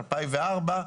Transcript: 2004,